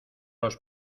los